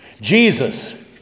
Jesus